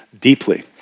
deeply